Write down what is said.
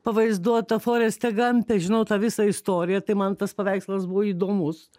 pavaizduota foreste gampe žinau tą visą istoriją tai man tas paveikslas buvo įdomus